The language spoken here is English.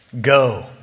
go